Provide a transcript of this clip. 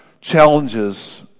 challenges